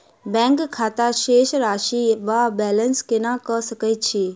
Bank खाता शेष राशि वा बैलेंस केना कऽ सकय छी?